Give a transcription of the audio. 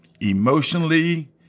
emotionally